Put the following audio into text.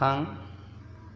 थां